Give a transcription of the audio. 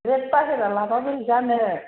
रेत बाहेरा लाबा बोरै जानो